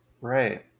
right